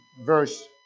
Verse